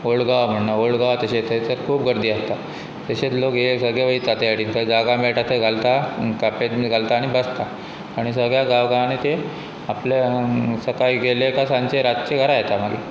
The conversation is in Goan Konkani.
ओल्ड गांवा म्हणणा ओल्ड गांवा तशे थंयसर खूब गर्दी आसता तशेंच लोक हे सगळें वयता ते आडीनथय जागा मेळटा थं घालता कापे घालता आनी बसता आनी सगळ्या गांव गांवनी ते आपल्या सकाळी गेले काय सांजचे रातचें घरां येता मागीर